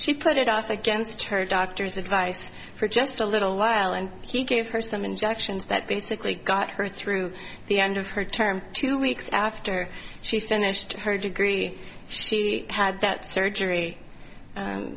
it off against her doctor's advice for just a little while and he gave her some injections that basically got her through the end of her term two weeks after she finished her degree she had that surgery